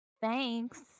Thanks